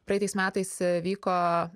praeitais metais vyko